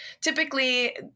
typically